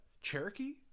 Cherokee